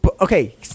okay